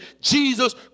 jesus